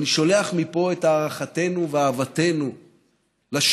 אני שולח מפה את הערכתנו ואהבתנו לשוטרים,